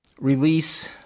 release